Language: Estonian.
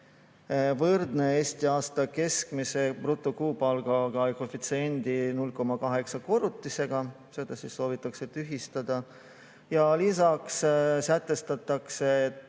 võrdne Eesti aasta keskmise brutokuupalga ja koefitsiendi 0,8 korrutisega. Seda [nõuet] soovitakse tühistada. Lisaks sätestatakse, et